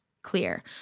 clear